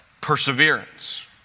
perseverance